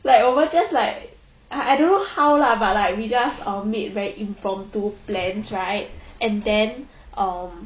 like 我们 just like I I don't know how lah but like we just um made very impromptu plans right and then um